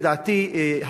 לדעתי,